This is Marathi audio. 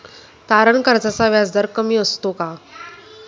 तारण कर्जाचा व्याजदर कमी असतो का?